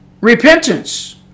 repentance